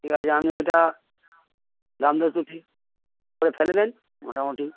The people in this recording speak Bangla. ঠিক আছে আপনি ওইটা দামটা একটু ঠিক করে ফেলে দেন মোটামুটি